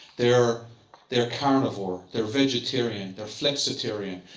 they're they're carnivore, they're vegetarian, they're flexitarian.